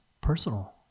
personal